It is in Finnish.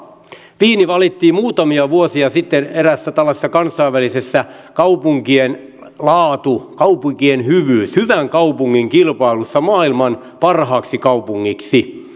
wien valittiin muutamia vuosia sitten eräässä tällaisessa kansainvälisessä kaupunkien laatu kaupunkien hyvyys hyvän kaupungin kilpailussa maailman parhaaksi kaupungiksi